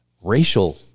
racial